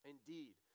Indeed